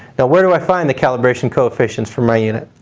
where do i find the calibration coefficients for my unit?